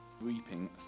reaping